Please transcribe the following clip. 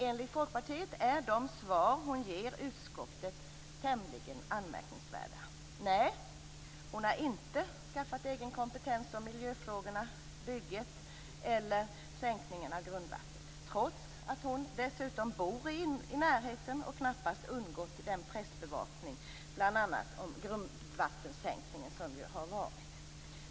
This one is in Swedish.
Enligt folkpartiet är de svar som hon ger utskottet tämligen anmärkningsvärda: Nej, hon har inte skaffat egen kompetens om miljöfrågorna, bygget eller sänkningen av grundvattnet, trots att hon bor i närheten och knappast kan ha undgått den pressbevakning som har varit om bl.a. grundvattensänkningen.